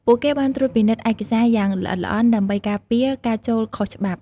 ពួកគេបានត្រួតពិនិត្យឯកសារយ៉ាងល្អិតល្អន់ដើម្បីការពារការចូលខុសច្បាប់។